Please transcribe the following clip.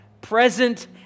present